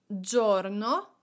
Giorno